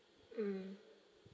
mm